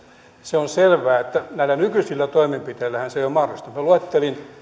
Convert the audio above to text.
se on selvää että näillä nykyisillä toimenpiteillähän se ei ole mahdollista minä luettelin